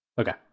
Okay